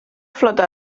flota